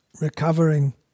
recovering